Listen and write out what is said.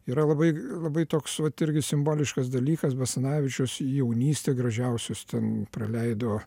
yra labai labai toks vat irgi simboliškas dalykas basanavičius jaunystę gražiausius ten praleido